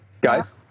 guys